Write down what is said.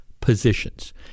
positions